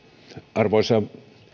arvoisa